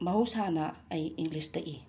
ꯃꯍꯧꯁꯥꯅ ꯑꯩ ꯏꯪꯂꯤꯁꯇ ꯏ